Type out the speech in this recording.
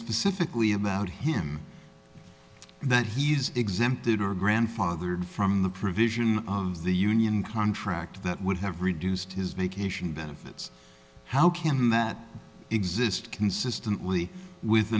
specifically about him that he's exempted or grandfathered from the provision of the union contract that would have reduced his vacation benefits how can that exist consistently with